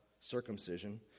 circumcision